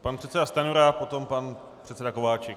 Pan předseda Stanjura, potom pan předseda Kováčik.